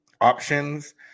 options